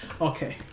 Okay